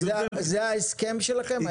זה ההסכם שלכם?